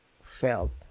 felt